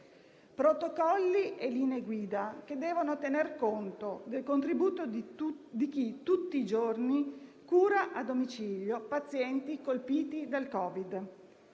protocolli e linee guida che devono tener conto del contributo di chi tutti i giorni cura a domicilio pazienti colpiti dal Covid.